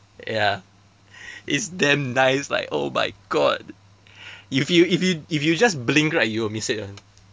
ya it's damn nice like oh my god if you if you if you just blink right you will miss it [one]